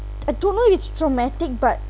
I don't know if it's traumatic but